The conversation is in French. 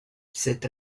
cet